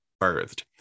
birthed